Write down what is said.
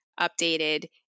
updated